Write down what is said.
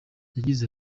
yagize